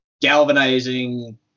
galvanizing